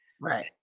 Right